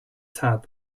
tab